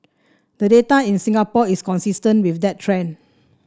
the data in Singapore is consistent with that trend